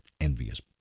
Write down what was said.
envious